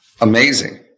Amazing